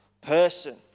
person